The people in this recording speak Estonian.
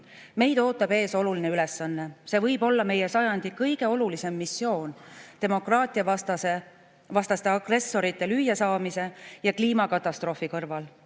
"Meid ootab ees oluline ülesanne. See võib olla meie sajandi kõige olulisem missioon demokraatiavastaste agressorite lüüasaamise ja kliimakatastroofi kõrval.